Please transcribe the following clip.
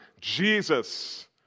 Jesus